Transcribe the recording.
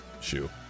shoe